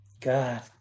God